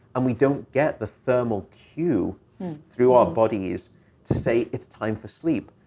and we don't get the thermal cue through our bodies to say, it's time for sleep.